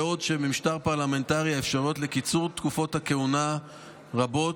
בעוד שבמשטר פרלמנטרי האפשרויות לקיצור תקופות הכהונה רבות,